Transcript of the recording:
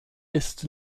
ist